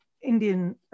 Indian